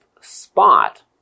spot